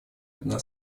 одна